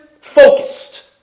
focused